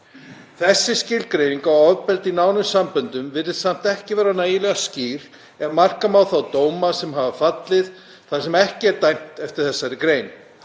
Þessi skilgreining á ofbeldi í nánum samböndum virðist samt ekki vera nægilega skýr ef marka má þá dóma sem hafa fallið þar sem ekki er dæmt eftir þessari grein.